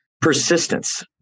persistence